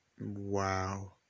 Wow